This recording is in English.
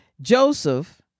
Joseph